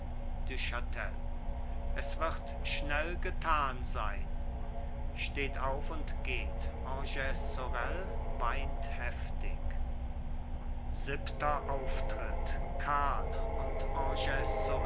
es wird schnell getan sein steht auf und geht agnes sorel weint heftig siebenter auftritt karl und